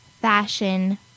fashion